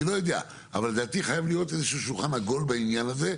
אבל לדעתי חייב להיות איזשהו שולחן עגול בעניין הזה,